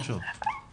עכשיו?